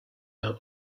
out